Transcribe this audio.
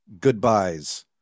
goodbyes